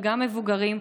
וגם מבוגרים,